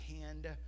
hand